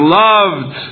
loved